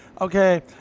okay